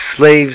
slaves